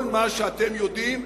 כל מה שאתם יודעים,